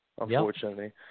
unfortunately